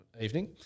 evening